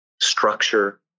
structure